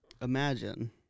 imagine